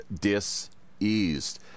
diseased